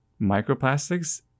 microplastics